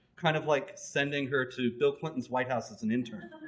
kind of like sending her to bill clinton's white house as an intern.